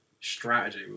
strategy